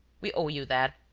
we owe you that.